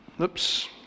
Oops